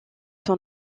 son